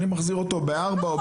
אני מחזיר אותו בארבע.